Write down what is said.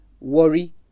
worry